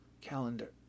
Calendar